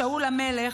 שאול המלך,